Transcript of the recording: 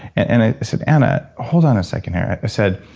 and and i said anna, hold on a second here. i said,